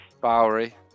Bowery